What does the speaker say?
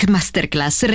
Masterclass